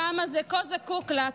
שהעם הזה כה זקוק לה,